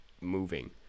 moving